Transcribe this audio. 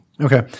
Okay